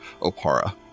Opara